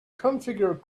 configure